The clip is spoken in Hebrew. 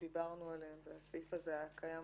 שדיברנו עליהם עכשיו והסעיף הזה היה קיים